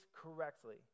correctly